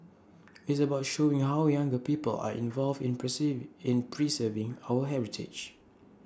it's about showing how younger people are involved in perceive in preserving our heritage